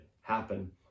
happen